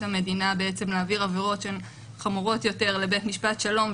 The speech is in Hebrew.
המדינה להעביר עבירות שהן חמורות יותר לבית משפט שלום,